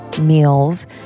meals